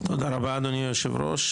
תודה רבה, אדוני היושב-ראש.